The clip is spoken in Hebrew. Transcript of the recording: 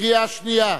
קריאה שנייה.